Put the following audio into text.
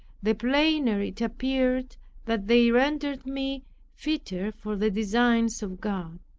the plainer it appeared that they rendered me fitter for the designs of god,